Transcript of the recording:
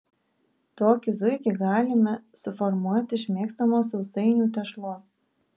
tokį zuikį galime suformuoti iš mėgstamos sausainių tešlos